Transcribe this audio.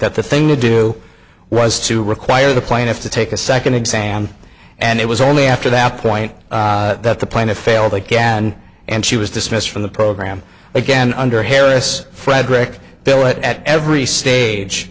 that the thing to do was to require the plaintiff to take a second exam and it was only after that point that the plaintiff failed again and she was dismissed from the program again under harris frederick bill it at every stage